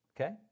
Okay